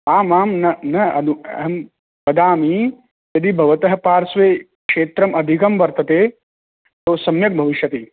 आम् आम् न न अहं वदामि यदि भवतः पार्श्वे क्षेत्रम् अधिकं वर्तते तु सम्यक् भविष्यति